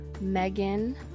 Megan